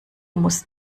muss